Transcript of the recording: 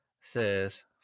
says